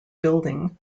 building